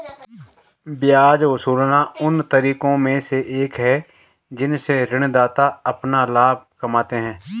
ब्याज वसूलना उन तरीकों में से एक है जिनसे ऋणदाता अपना लाभ कमाते हैं